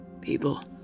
People